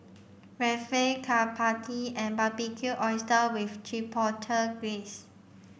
Rapchae Chapati and Barbecued Oysters with Chipotle Glaze